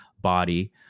body